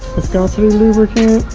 viscosity lubricant